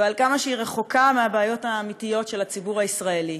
ועל כמה שהיא רחוקה מהבעיות האמיתיות של הציבור הישראלי.